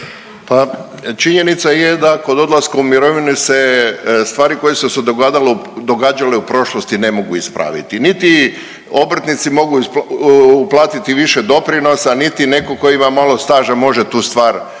Pa činjenica je da kod odlaska u mirovinu se, stvari koje su se događale u prošlosti ne mogu ispraviti, niti obrtnici mogu uplatiti više doprinosa niti netko tko ima malo staža može tu stvar popraviti.